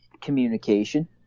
communication